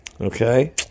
Okay